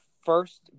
first